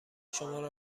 شماره